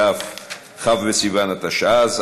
כ' בסיוון התשע"ז,